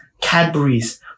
Cadbury's